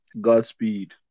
Godspeed